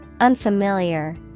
Unfamiliar